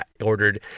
ordered